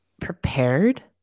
prepared